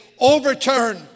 Overturn